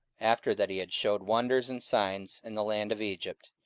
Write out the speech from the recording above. after that he had shewed wonders and signs in the land of egypt,